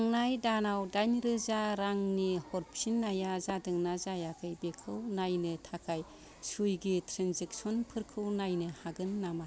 थांनाय दानाव दाइन रोजा रांनि हरफिन्नाया जादोंना जायाखै बेखौ नायनो थाखाय सुइगि ट्रेन्जेकसनफोरखौ नायनो हागोन नामा